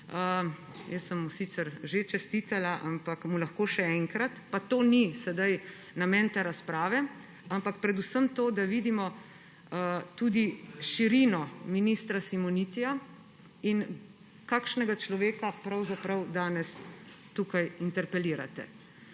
Jaz sem mu sicer že čestitala, ampak mu lahko še enkrat, pa to ni sedaj namen te razprave, ampak predvsem to, da vidimo tudi širino ministra Simonitija in kakšnega človeka pravzaprav danes tukaj interpelirate.